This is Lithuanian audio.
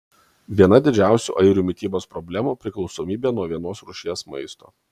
viena didžiausių airių mitybos problemų priklausomybė nuo vienos rūšies maisto